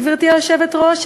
גברתי היושבת-ראש,